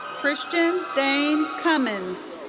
christian dane cummins.